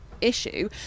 issue